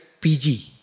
PG